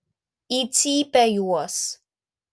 į cypę juos